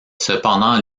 cependant